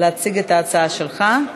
להציג את ההצעה שלך.